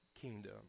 kingdom